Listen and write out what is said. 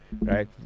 right